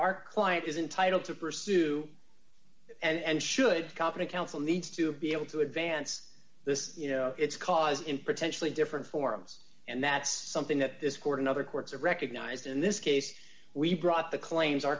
our client is entitled to pursue and should company counsel needs to be able to advance this you know its cause in pretentiously different forms and that's something that this court and other courts are recognized in this case we brought the claims our